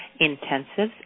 intensives